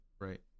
right